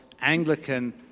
Anglican